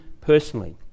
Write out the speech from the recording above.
personally